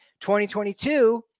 2022